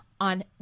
on